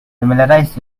familiarize